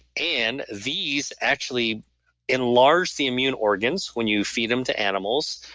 and these actually enlarge the immune organs when you feed them to animals.